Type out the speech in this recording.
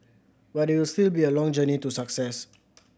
but it will still be a long journey to success